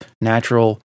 natural